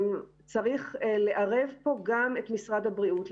צריך לערב פה גם את משרד הבריאות.